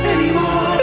Anymore